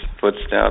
footsteps